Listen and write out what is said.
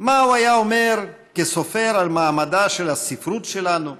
מה הוא היה אומר, כסופר, על מעמדה של הספרות שלנו?